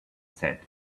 said